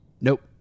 Nope